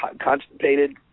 constipated